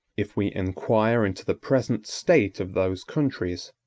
if we inquire into the present state of those countries,